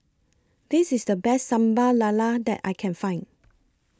This IS The Best Sambal Lala that I Can Find